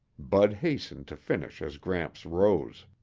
bud hastened to finish as gramps rose.